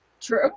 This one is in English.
True